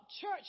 church